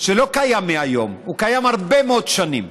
שלא קיים מהיום, הוא קיים הרבה מאוד שנים.